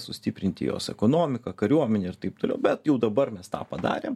sustiprinti jos ekonomiką kariuomenę ir taip toliau bet jau dabar mes tą padarėm